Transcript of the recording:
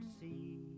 see